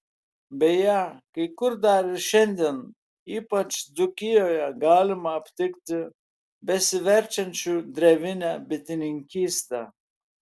beje kai kur dar ir šiandien ypač dzūkijoje galima aptikti besiverčiančių drevine bitininkyste